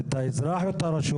את האזרח או את הרשות?